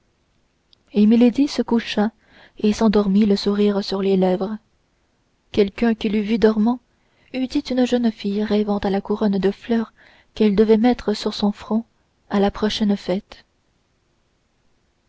milady se coucha et s'endormit le sourire sur les lèvres quelqu'un qui l'eût vue dormant eût dit une jeune fille rêvant à la couronne de fleurs qu'elle devait mettre sur son front à la prochaine fête